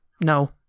No